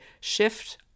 shift